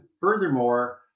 furthermore